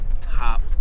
top